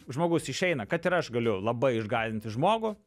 žmogus išeina kad ir aš galiu labai išgąsdinti žmogų